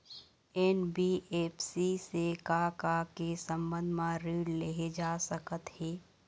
NBFC से का का के संबंध म ऋण लेहे जा सकत हे?